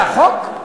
זה החוק?